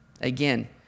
again